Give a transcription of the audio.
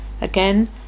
Again